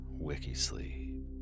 Wikisleep